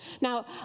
Now